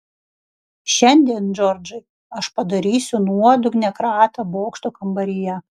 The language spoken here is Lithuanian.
šiandien džordžai aš padarysiu nuodugnią kratą bokšto kambaryje